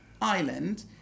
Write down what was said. island